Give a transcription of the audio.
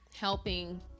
helping